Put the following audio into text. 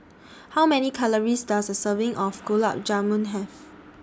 How Many Calories Does A Serving of Gulab Jamun Have